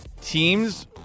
teams